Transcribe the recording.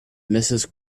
mrs